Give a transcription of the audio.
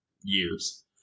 years